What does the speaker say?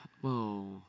Whoa